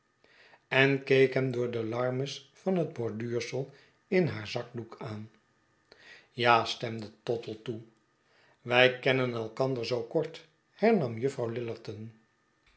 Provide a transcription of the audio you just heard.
en keek hem door de larmes van het borduursel in haar zakdoek aan ja stemde tottle toe wij kennen elkander zoo kort hernam juffrouw